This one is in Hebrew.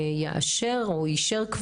יאשר, או אישר.